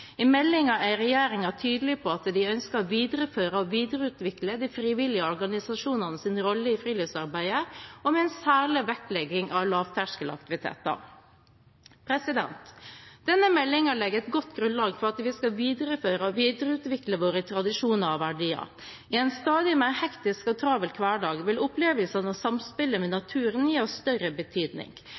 I meldingen er regjeringen tydelig på at den ønsker å videreføre og videreutvikle de frivillige organisasjonenes rolle i friluftslivarbeidet, og med en særlig vektlegging av lavterskelaktiviteter. Denne meldingen legger et godt grunnlag for at vi skal videreføre og videreutvikle våre tradisjoner og verdier. I en stadig mer hektisk og travel hverdag vil opplevelsene og samspillet med naturen gi oss større betydning.